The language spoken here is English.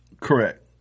Correct